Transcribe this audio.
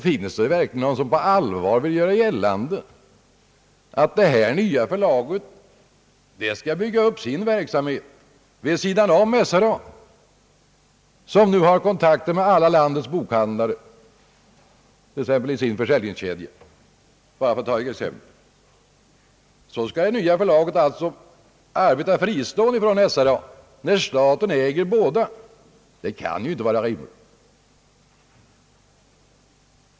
Finns det verkligen någon som på allvar vill göra gällande att detta nya förlag skall bygga upp sin verksamhet vid sidan av SRA, som nu har kontakter med alla landets bokhandlare och deras försäljningskedja? Skall det nya förlaget alltså arbeta fristående från SRA när staten äger dem båda? Det kan inte vara rimligt.